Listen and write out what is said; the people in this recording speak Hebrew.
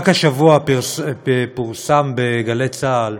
רק השבוע פורסם בגלי צה"ל,